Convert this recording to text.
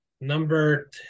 number